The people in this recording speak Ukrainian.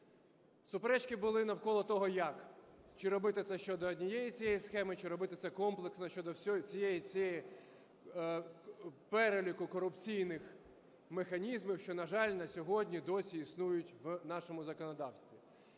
суперечки були навколо того, як: чи робити це щодо однієї цієї схеми, чи робити це комплексно, щодо всього цього переліку корупційних механізмів, що, на жаль, на сьогодні досі існують в нашому законодавстві.